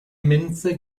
minze